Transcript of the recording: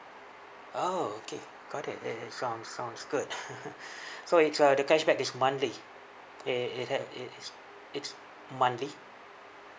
oh okay got it it it sounds sounds good so it's uh the cashback is monthly i~ i~ is that is it's it's monthly